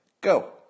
Go